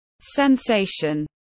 Sensation